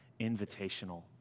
invitational